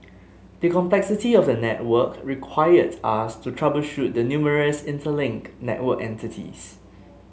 the complexity of the network required us to troubleshoot the numerous interlinked network entities